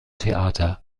theater